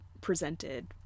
presented